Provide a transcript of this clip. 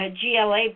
GLA